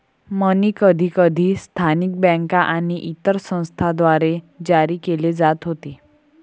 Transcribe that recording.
मनी कधीकधी स्थानिक बँका आणि इतर संस्थांद्वारे जारी केले जात होते